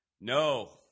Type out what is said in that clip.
No